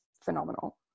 phenomenal